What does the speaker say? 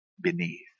beneath